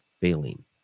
failing